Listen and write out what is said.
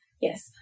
Yes